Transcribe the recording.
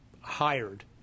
hired